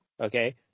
Okay